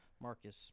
marcus